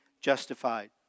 justified